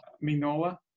Minola